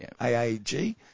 AAG